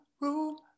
room